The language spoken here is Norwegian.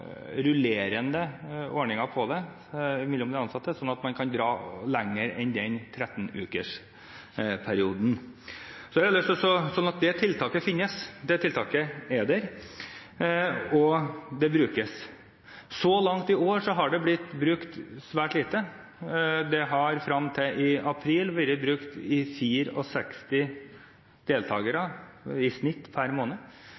rullerende ordninger på dette mellom de ansatte, slik at man kan drive på lenger enn 13-ukersperioden. Så det tiltaket finnes, det tiltaket er der, og det brukes. Men så langt i år har det blitt brukt svært lite. Det har frem til i april vært 64 deltakere i snitt per måned.